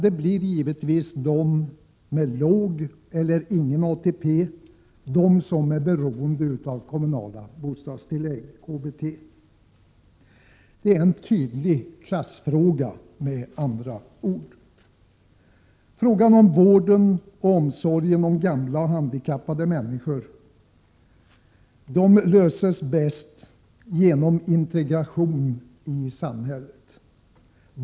Det blir givetvis de med låg eller ingen ATP, de som är beroende av kommunalt bostadstillägg. Det här är med andra ord en tydlig klassfråga. Frågan om vården och omsorgen om gamla och handikappade människor löses bäst genom integration i samhället.